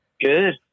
Good